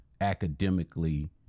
academically